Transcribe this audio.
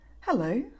Hello